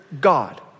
God